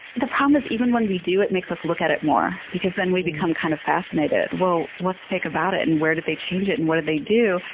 the problem is even when we do, it makes us look at it more because then we become kind of fascinated. well, what's fake about it? and where did they change it? and what did they do?